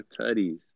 tutties